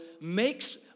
makes